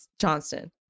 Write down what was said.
Johnston